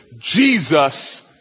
Jesus